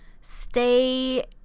stay